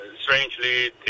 Strangely